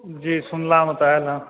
जी सुनलामे तऽ आयल हँ